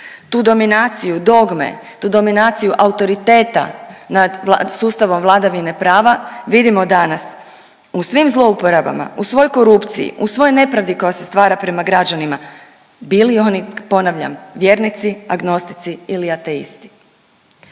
Tu dominaciju dogme, tu dominaciju autoriteta nad sustavom vladavine prava vidimo danas u svim zlouporabama, u svoj korupciji, u svoj nepravdi koja se stvara prema građanima bili oni ponavljam vjernici, agnostici ili ateisti.